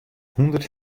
hûndert